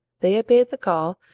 they obeyed the call,